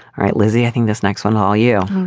right, lizzie, i think this next one. all you know